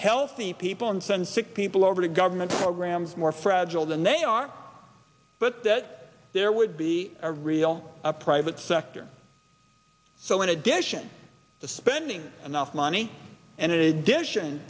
healthy people and send sick people over to government programs more fragile than they are but that there would be a real private sector so in addition to spending enough money and addition